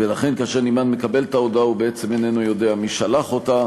ולכן כאשר נמען מקבל את ההודעה הוא בעצם איננו יודע מי שלח אותו.